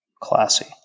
Classy